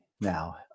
now